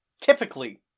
Typically